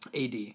ad